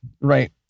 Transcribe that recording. Right